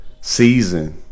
season